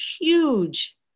huge